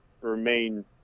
remain